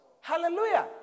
Hallelujah